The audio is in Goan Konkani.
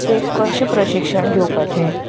तें कशें प्रशिक्षण घेवपाचें